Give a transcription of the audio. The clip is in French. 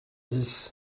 dix